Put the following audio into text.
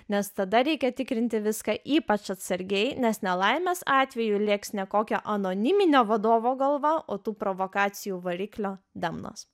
nes tada reikia tikrinti viską ypač atsargiai nes nelaimės atveju lėks ne kokio anoniminio vadovo galva o tų provokacijų variklio demnos